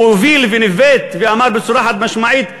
הוא הוביל וניווט, ואמר בצורה חד-משמעית: